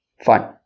Fine